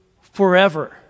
forever